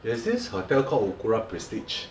there's this hotel called okura prestige